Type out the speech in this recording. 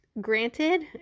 Granted